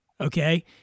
okay